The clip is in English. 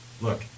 look